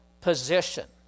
position